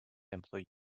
employees